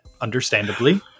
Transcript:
understandably